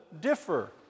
differ